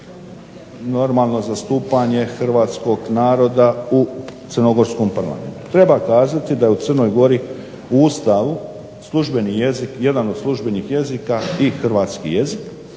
normalno zastupanje Hrvatskog naroda u Crnogorskom parlamentu. Treba kazati da u Crnoj gori u Ustavu službeni jezik, jedan od službenih jezika je Hrvatski jezik